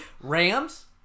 Rams